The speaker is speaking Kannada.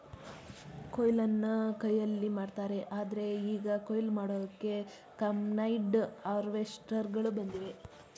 ಕೊಯ್ಲನ್ನ ಕೈಯಲ್ಲಿ ಮಾಡ್ತಾರೆ ಆದ್ರೆ ಈಗ ಕುಯ್ಲು ಮಾಡೋಕೆ ಕಂಬೈನ್ಡ್ ಹಾರ್ವೆಸ್ಟರ್ಗಳು ಬಂದಿವೆ